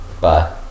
bye